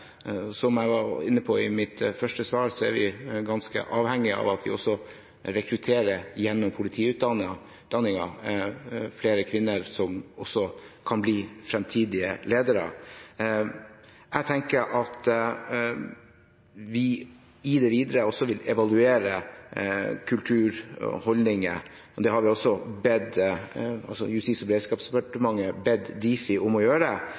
Som jeg var inne på i mitt første svar, er vi ganske avhengig av at vi rekrutterer flere kvinner gjennom politiutdanningen, som også kan bli framtidige ledere. Jeg tenker at vi i det videre også vil evaluere kultur og holdninger. Det har også Justis- og beredskapsdepartementet bedt Difi om å gjøre.